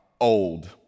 old